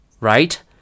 Right